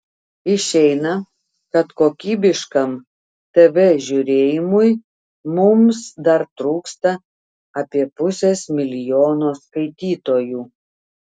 išeina kad kokybiškam tv žiūrėjimui mums dar trūksta apie pusės milijono skaitytojų